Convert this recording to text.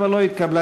27 לא התקבלה.